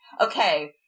okay